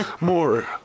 More